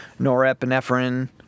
norepinephrine